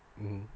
mm